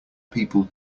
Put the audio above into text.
people